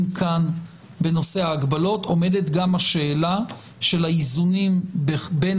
כאן בנושא ההגבלות עומדת גם השאלה של האיזונים בין